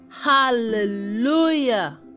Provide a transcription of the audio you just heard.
Hallelujah